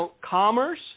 commerce